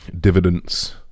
dividends